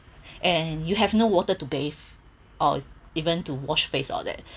and you have no water to bath or even to wash face all that